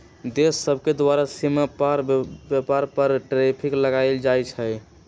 देश सभके द्वारा सीमा पार व्यापार पर टैरिफ लगायल जाइ छइ